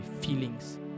feelings